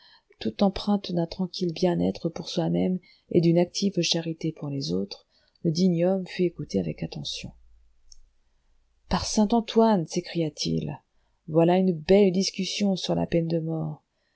tout empreinte d'un tranquille bien-être pour soi-même et d'une active charité pour les autres le digne homme fut écouté avec attention par saint antoine s'écria-t-il voilà une belle discussion sur la peine de mort